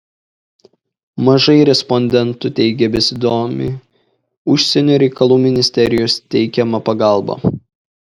mažai respondentų teigė besidomį užsienio reikalų ministerijos teikiama pagalba